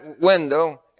window